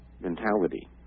mentality